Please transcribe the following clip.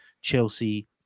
Chelsea